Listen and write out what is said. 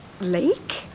Lake